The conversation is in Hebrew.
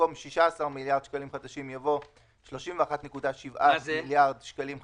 במקום "14 מיליארד שקלים חדשים" יבוא "14.6 מיליארד שקלים חדשים";"